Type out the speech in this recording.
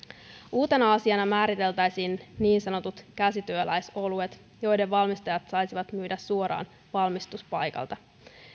uutena asiana määriteltäisiin niin sanotut käsityöläisoluet joiden valmistajat saisivat myydä suoraan valmistuspaikalta